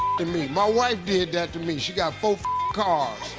to me. my wife did that to me. she got both cars.